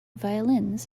violins